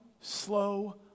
slow